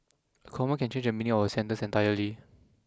a comma can change the meaning of a sentence entirely